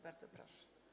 Bardzo proszę.